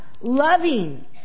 loving